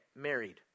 married